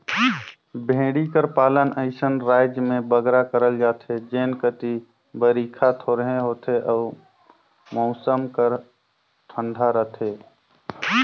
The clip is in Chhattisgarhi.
भेंड़ी कर पालन अइसन राएज में बगरा करल जाथे जेन कती बरिखा थोरहें होथे अउ मउसम हर ठंडा रहथे